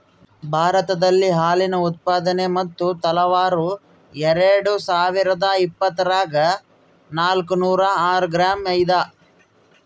ಭಾರತದಲ್ಲಿ ಹಾಲಿನ ಉತ್ಪಾದನೆ ಮತ್ತು ತಲಾವಾರು ಎರೆಡುಸಾವಿರಾದ ಇಪ್ಪತ್ತರಾಗ ನಾಲ್ಕುನೂರ ಆರು ಗ್ರಾಂ ಇದ